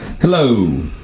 Hello